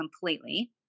completely